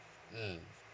mm